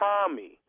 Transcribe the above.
Tommy